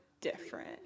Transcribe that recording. different